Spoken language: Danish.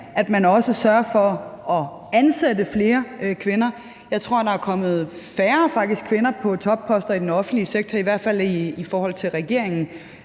at man også sørger for at ansætte flere kvinder. Jeg tror faktisk, der er kommet færre kvinder på topposter i den offentlige sektor, i hvert fald mens regeringen